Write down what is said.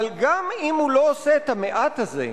אבל גם אם לא עושה את המעט הזה,